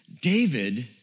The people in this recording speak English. David